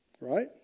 right